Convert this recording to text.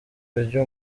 buryo